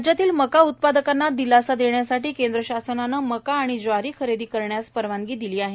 राज्यातील मका उत्पादकांना दिलासा देण्यासाठी केंद्र शासनाने मका आणि ज्वारी खरेदी करण्यास परवानगी दिली आहे